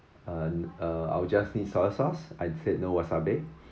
uh uh I will just need soy sauce I said no wasabi